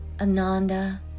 Ananda